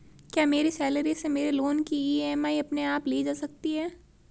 क्या मेरी सैलरी से मेरे लोंन की ई.एम.आई अपने आप ली जा सकती है?